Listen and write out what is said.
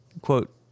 Quote